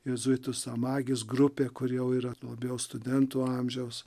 jėzuitų grupė kuri jau yra labiau studentų amžiaus